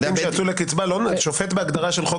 בית דין לתעבורה למשל?